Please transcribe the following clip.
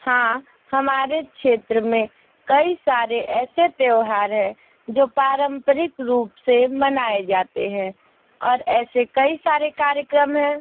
हाँ हमारे क्षेत्र में कई सारे ऐसे त्यौहार हैं जो पारम्परिक रूप से मनाए जाते हैं और ऐसे कई सारे कार्यक्रम हैं